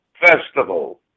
Festival